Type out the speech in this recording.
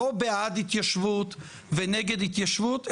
לא בעד התיישבות ונגד התיישבות,